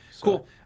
Cool